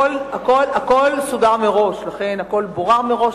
הכול סודר מראש, הכול בורר מראש.